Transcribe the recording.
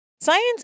Science